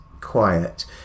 quiet